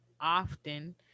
often